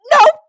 no